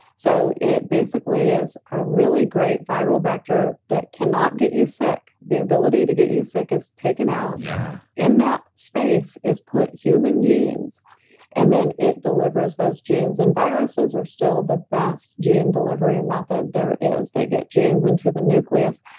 so it basically is a really great viral vector that cannot get you sick. the ability to get you sick is taken out yeah in that space is put human genes and then it delivers those genes. and viruses are still the best gene delivery method there is. they get genes into the nucleus,